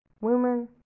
women